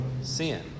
sin